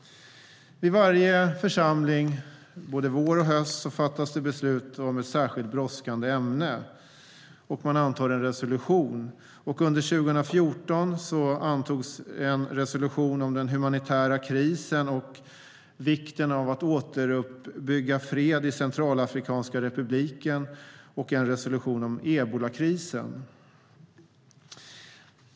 Vid varje församling, både vår och höst, fattas beslut om ett särskilt brådskande ämne och en resolution antas. Under 2014 antogs en resolution om den humanitära krisen och vikten av att återuppbygga fred i Centralafrikanska republiken och en resolution om ebolakrisen.